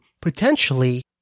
potentially